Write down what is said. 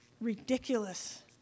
ridiculous